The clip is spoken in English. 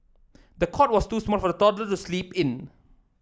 the cot was too small for the toddler to sleep in